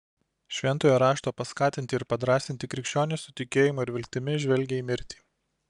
šventojo rašto paskatinti ir padrąsinti krikščionys su tikėjimu ir viltimi žvelgią į mirtį